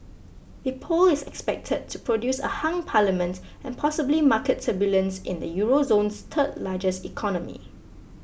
the poll is expected to produce a hung parliament and possibly market turbulence in the Euro zone's third largest economy